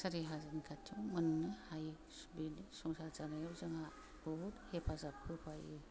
सारि हाजारनि खाथियाव मोननो हायो बेनो संसार जानायाव जोंहा बुहुत हेफाजाब होफायो